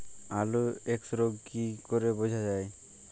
আলুর এক্সরোগ কি করে বোঝা যায়?